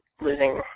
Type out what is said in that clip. losing